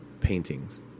Paintings